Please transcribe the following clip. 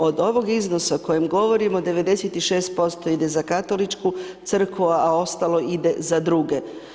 Od ovog iznosa o kojem govorimo, 96% ide za Katoličku crkvu, a ostalo ide za druge.